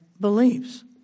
believes